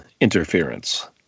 interference